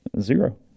Zero